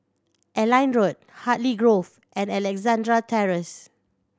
Airline Road Hartley Grove and Alexandra Terrace